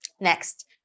next